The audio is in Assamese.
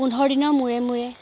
পোন্ধৰ দিনৰ মূৰে মূৰে